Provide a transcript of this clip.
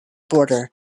border